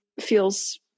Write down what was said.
feels